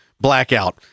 blackout